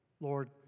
Lord